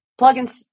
plugins